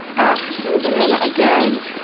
asked for the banana again,